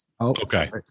okay